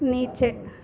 نیچے